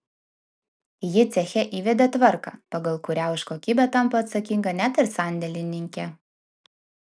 ji ceche įvedė tvarką pagal kurią už kokybę tampa atsakinga net ir sandėlininkė